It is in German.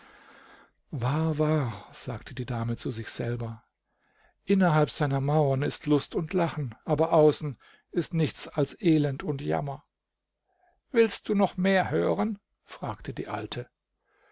wahr sagte die dame zu sich selber innerhalb seiner mauern ist lust und lachen aber außen ist nichts als elend und jammer willst du noch mehr hören fragte die alte